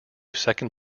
second